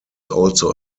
also